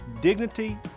dignity